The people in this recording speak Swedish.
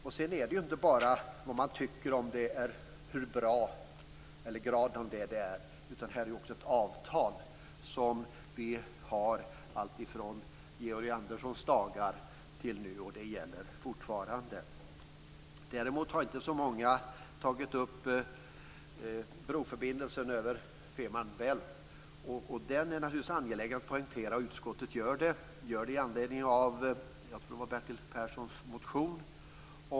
Det handlar inte bara om vad man tycker om det hela, hur bra det är, utan också om ett avtal som finns sedan Georg Anderssons dagar och som fortfarande gäller. Däremot har inte så många tagit upp frågan om en broförbindelse över Fehmarn Bält. Det är naturligtvis angeläget att poängtera den saken, vilket utskottet gör med anledning, tror jag, av Bertil Perssons motion.